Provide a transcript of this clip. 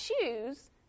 shoes